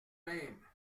même